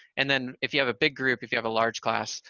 and then if you have a big group, if you have a large class,